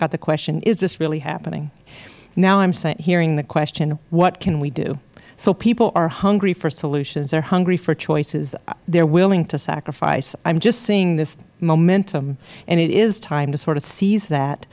got the question is this really happening now i am hearing the question what can we do so people are hungry for solutions they are hungry for choices they are willing to sacrifice i am just seeing this momentum and it is time to sort of se